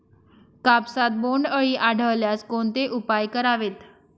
कापसात बोंडअळी आढळल्यास कोणते उपाय करावेत?